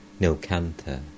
Nilkantha